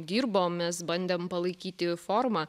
dirbom mes bandėm palaikyti formą